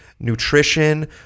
Nutrition